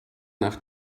nach